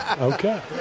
Okay